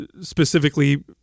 specifically